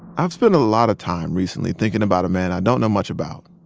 i've spent a lot of time recently thinking about a man i don't know much about.